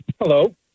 Hello